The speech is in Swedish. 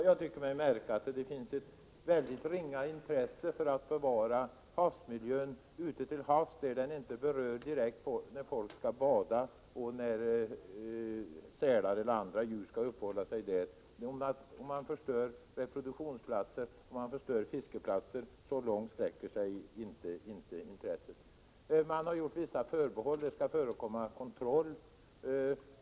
Jag tycker mig märka att det finns ett ringa intresse att bevara miljön ute till havs där den inte direkt berör folks badande eller sälarna och andra djur. Man förstör reproduktionsplatser och fiskeplatser. Så långt sträcker sig inte intresset. Man har gjort vissa förbehåll: det skall förekomma en kontroll.